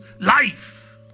life